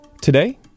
Today